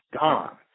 gone